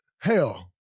Hell